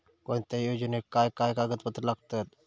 कोणत्याही योजनेक काय काय कागदपत्र लागतत?